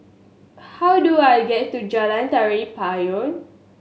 how do I get to Jalan Tari Payong